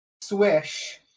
swish